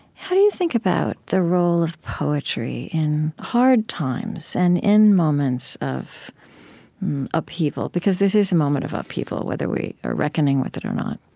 how do you think about the role of poetry in hard times and in moments of upheaval, because this is a moment of upheaval, whether we are reckoning with it or not?